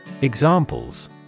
Examples